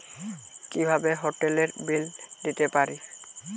কিভাবে হোটেলের বিল দিতে পারি?